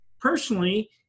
personally